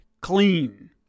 clean